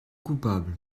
coupable